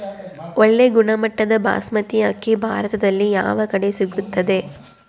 ಒಳ್ಳೆ ಗುಣಮಟ್ಟದ ಬಾಸ್ಮತಿ ಅಕ್ಕಿ ಭಾರತದಲ್ಲಿ ಯಾವ ಕಡೆ ಸಿಗುತ್ತದೆ?